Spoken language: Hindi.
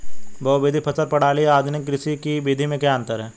बहुविध फसल प्रणाली और आधुनिक कृषि की विधि में क्या अंतर है?